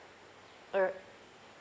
err